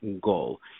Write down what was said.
goal